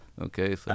Okay